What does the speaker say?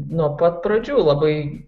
nuo pat pradžių labai